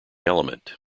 element